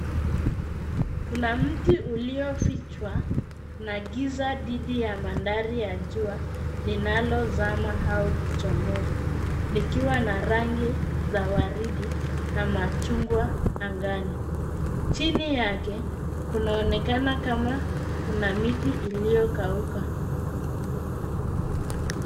Kuna mti uliofichwa na giza dhidi ya mandhari ya jua, linalozama au kuchomoza, likiwa na rangi za waridi na machungwa angani. Chini yake, kunaonekana kama kuna miti iliyokauka.